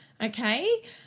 okay